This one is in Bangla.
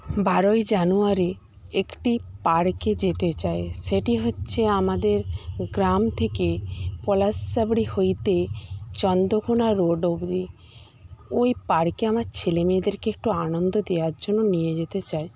বারোই জানুয়ারি একটি পার্কে যেতে চাই সেটি হচ্ছে আমাদের গ্রাম থেকে পলাশচাবরি হইতে চন্দ্রকোনা রোড অবধি ওই পার্কে আমার ছেলেমেয়েদেরকে একটু আনন্দ দেওয়ার জন্য নিয়ে যেতে চাই